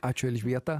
ačiū elžbieta